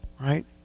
Right